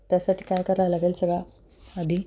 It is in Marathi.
त्यासाठी काय करायला लागेल सगळा आधी